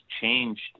changed